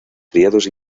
criados